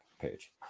page